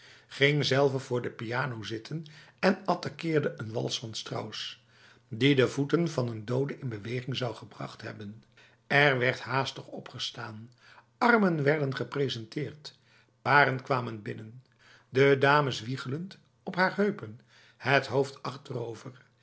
ging zelve voor de piano zitten en attaqueerde een wals van strauss die de voeten van een dode in beweging zou gebracht hebben er werd haastig opgestaan armen werden gepresenteerd paren kwamen binnen de dames wiegelend op haar heupen het hoofd achterover